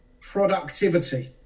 productivity